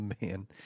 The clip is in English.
man